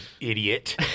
Idiot